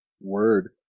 word